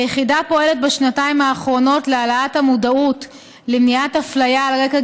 היחידה פועלת בשנתיים האחרונות להעלאת המודעות למניעת אפליה על רקע